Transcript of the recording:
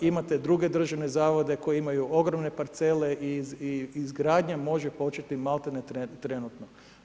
Imate druge državne zavode koji imaju ogromne parcele i izgradnja može početi maltene trenutno.